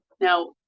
Now